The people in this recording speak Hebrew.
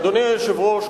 אדוני היושב-ראש,